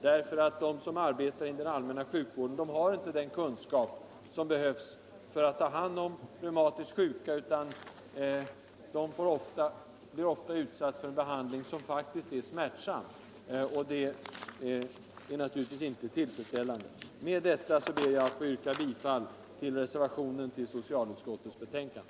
De som arbetar inom den allmänna sjukvården har nämligen inte den kunskap som behövs för att ta hand om reumatiskt sjuka, utan dessa blir ofta utsatta för en behandling som faktiskt är smärtsam, och detta är naturligtvis inte tillfredsställande. Med detta ber jag att få yrka bifall till reservationen till socialutskottets betänkande.